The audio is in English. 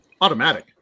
automatic